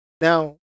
Now